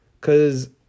Cause